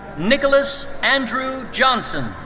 nicholas andrew johnson.